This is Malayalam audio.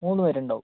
മൂന്നു പേരുണ്ടാവും